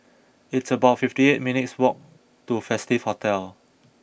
it's about fifty eight minutes' walk to Festive Hotel